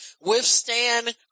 withstand